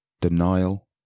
denial